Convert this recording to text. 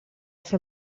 fer